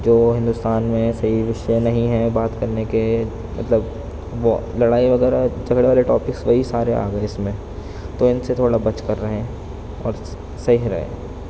جو ہندوستان میں صحیح وشے نہیں ہیں بات کرنے کے مطلب لڑائی وغیرہ جھگڑے والے ٹاپکس وہی سارے آ گئے اس میں تو ان سے تھوڑا بچ کر رہیں اور صحیح رہے